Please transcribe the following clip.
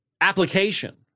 application